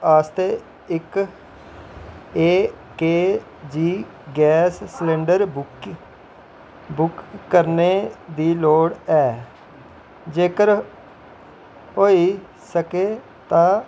आस्तै इक ए के जी गैस सलैंडर बुकिंग बुक करने दी लोड़ ऐ जेकर होई सके तां